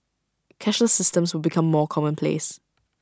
cashless systems will become more commonplace